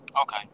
Okay